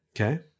okay